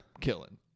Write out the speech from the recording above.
Killing